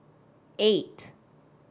eight